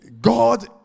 God